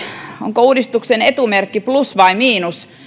onko uudistuksen etumerkki plus vai miinus